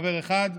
חבר אחד,